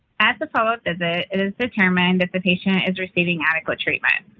at the follow-up visit, it is determined that the patient is receiving adequate treatment.